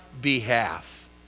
behalf